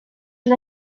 una